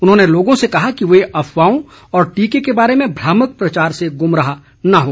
उन्होंने लोगों से कहा कि वे अफवाहों और टीके के बारे में भ्रामक प्रचार से गुमराह न हो